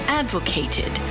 advocated